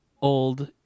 Old